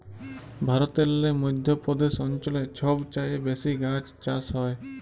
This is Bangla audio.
ভারতেল্লে মধ্য প্রদেশ অঞ্চলে ছব চাঁঁয়ে বেশি গাহাচ চাষ হ্যয়